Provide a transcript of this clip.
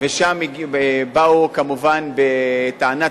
ושם באו, כמובן, בטענה צודקת,